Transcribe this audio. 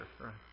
right